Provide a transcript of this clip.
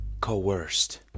coerced